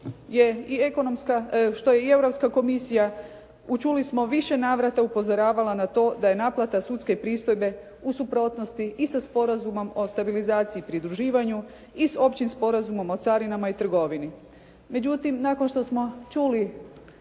što je i Europska komisija u, čuli smo, više navrata upozoravala na to da je naplata sudske pristojbe u suprotnosti i sa Sporazumom o stabilizaciji i pridruživanju i s Općim sporazumom o carinama i trgovini. Međutim, nakon što smo čuli